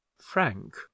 frank